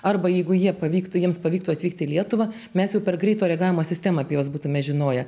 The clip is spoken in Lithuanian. arba jeigu jie pavyktų jiems pavyktų atvykti į lietuvą mes jau per greito reagavimo sistemą apie juos būtume žinoję